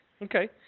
Okay